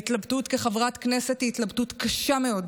ההתלבטות כחברת כנסת היא קשה מאוד.